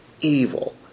evil